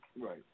Right